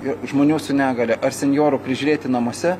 ir žmonių su negalia ar senjorų prižiūrėti namuose